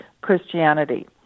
Christianity